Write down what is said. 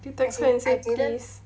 did you text her and say please